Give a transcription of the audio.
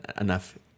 enough